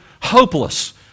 hopeless